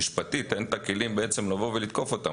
משפטית אין את הכלים לבוא ולתקוף אותם.